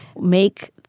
make